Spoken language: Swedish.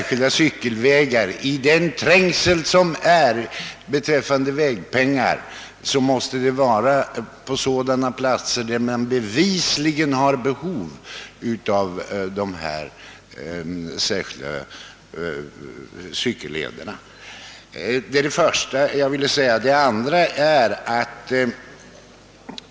Skall man i den trängsel som råder beträffande vägpengarna kosta på cyklisterna särskilda cykelvägar måste det därför bli på platser där det bevisligen föreligger behov av särskilda cykelleder.